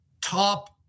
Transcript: top